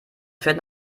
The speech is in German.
fährt